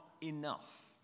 enough